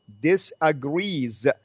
disagrees